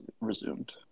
resumed